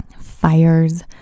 fires